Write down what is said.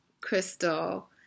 Crystal